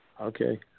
Okay